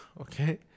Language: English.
okay